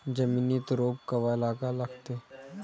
जमिनीत रोप कवा लागा लागते?